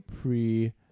pre